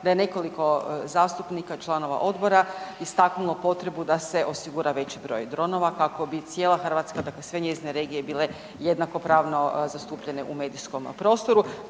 da je nekoliko zastupnika članova odbora istaknulo potrebu da se osigura veći broj dronova kako bi cijela Hrvatska, dakle sve njezine regije bile jednakopravno zastupljene u medijskom prostoru,